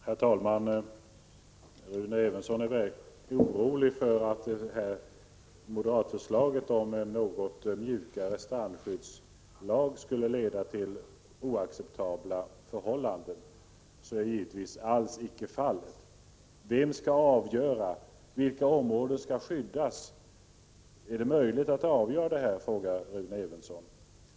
Herr talman! Rune Evensson är orolig för ett moderatförslaget om en något mjukare strandskyddslag skulle leda till oacceptabla förhållanden. Så är givetvis alls icke fallet. Vem skall avgöra, vilka områden skall skyddas, är det möjligt att avgöra sådana frågor? Undrar Rune Evensson.